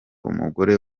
umugore